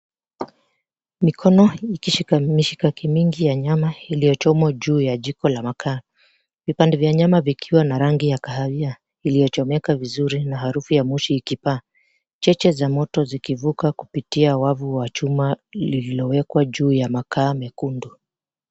Mikono ikishika mishikaki mingi ya nyama iliyochomwa juu ya jiko la makaa vipande vya nyama vikiwa na rangi ya kahawia iliyochomeka vizuri na harufu ya moshi ikipaa cheche za moto zikivuka kupitia wavu wa chuma lililowekwa juu ya makaa mekundu.